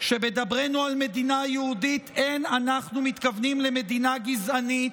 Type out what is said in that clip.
"שבדברנו על מדינה יהודית אין אנו מתכוונים למדינה גזענית,